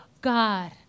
God